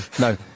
no